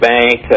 Bank